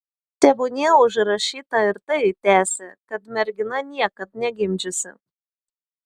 tebūnie užrašyta ir tai tęsė kad mergina niekad negimdžiusi